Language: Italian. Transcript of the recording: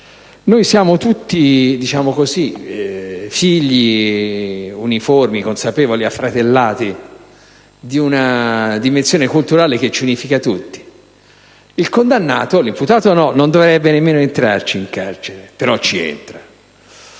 Noi siamo tutti figli consapevoli e affratellati di una dimensione culturale che ci unifica tutti. Il condannato - l'imputato no, non dovrebbe nemmeno entrare in carcere, però ci entra